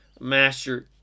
master